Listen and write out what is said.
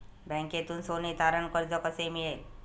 बँकेतून सोने तारण कर्ज कसे मिळेल?